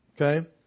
okay